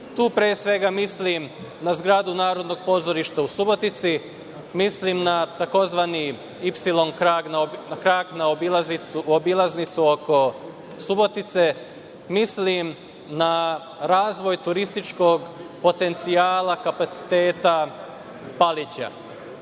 Tu pre svega mislim na zgradu Narodnog pozorišta u Subotici, mislim na tzv. „ipsilon krak“, na obilaznicu oko Subotice, mislim na razvoj turističkog potencijala i kapaciteta Palića. Pored